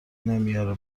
نمیاره